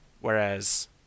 whereas